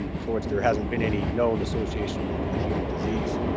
and for which there hasn't been any known association with with human disease.